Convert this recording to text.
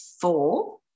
four